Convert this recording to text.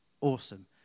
awesome